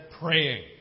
praying